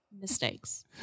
mistakes